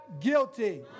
guilty